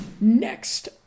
Next